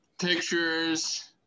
pictures